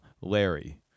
Larry